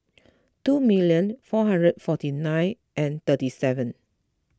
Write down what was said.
two million four hundred forty nine and thirty seven